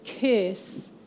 curse